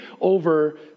over